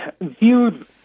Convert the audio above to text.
viewed